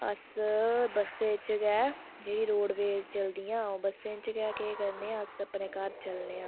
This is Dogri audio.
अस बस्सै च गै जेह्कियां रोड़वेज़ चलदियां बस्सें च गै अस केह् करने आं अस अपने घर चलने आं